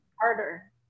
harder